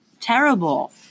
terrible